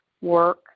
work